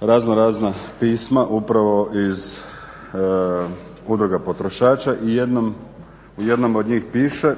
razno razna pisma upravo iz Udruga potrošača i u jednom od njih piše